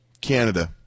Canada